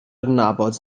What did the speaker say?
adnabod